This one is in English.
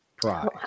prize